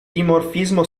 dimorfismo